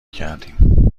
کردیم